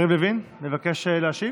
יריב לוין מבקש להשיב?